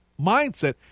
mindset